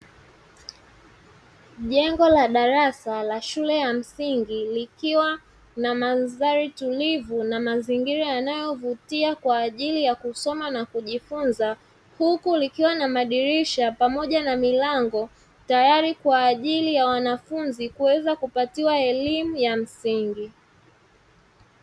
Jengo la darasa la shule ya msingi likiwa na mandhari tulivu na mazingira yanayovutia kwa ajili ya kusoma na kujifunza, huku likiwa na madirisha pamoja na milango tayari kwa ajili ya wanafunzi kuweza kupatiwa elimu ya msingi.